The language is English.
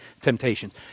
temptations